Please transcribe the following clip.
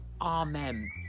Amen